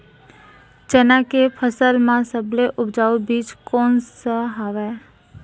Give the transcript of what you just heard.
चना के फसल म सबले उपजाऊ बीज कोन स हवय?